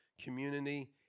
community